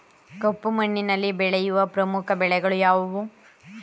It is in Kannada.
ಕಪ್ಪು ಮಣ್ಣಿನಲ್ಲಿ ಬೆಳೆಯುವ ಪ್ರಮುಖ ಬೆಳೆಗಳು ಯಾವುವು?